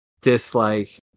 dislike